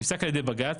נפסק על ידי בג"צ,